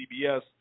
CBS